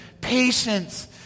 patience